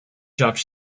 jobs